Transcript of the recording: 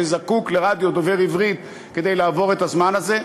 וזקוק לרדיו דובר עברית כדי לעבור את הזמן הזה,